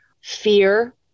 fear